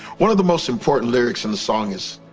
one of the most important lyrics in the song is,